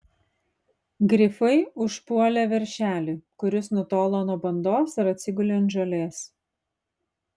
grifai užpuolė veršelį kuris nutolo nuo bandos ir atsigulė ant žolės